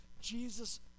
Jesus